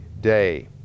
day